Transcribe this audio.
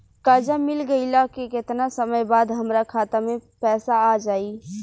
कर्जा मिल गईला के केतना समय बाद हमरा खाता मे पैसा आ जायी?